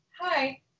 Hi